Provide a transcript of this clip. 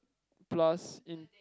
plus in